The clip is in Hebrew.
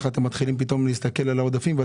איך אתם מתחילים להסתכל על העודפים אנחנו